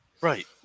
Right